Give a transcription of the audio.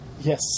Yes